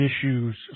issues